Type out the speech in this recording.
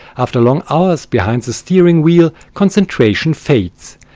after long hours behind the steering wheel, concentration fades.